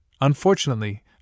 unfortunately